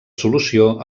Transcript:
solució